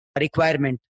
requirement